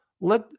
let